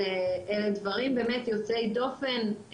אלה דברים באמת יוצאי דופן,